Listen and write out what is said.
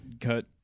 cut